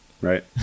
right